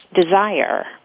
desire